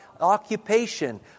occupation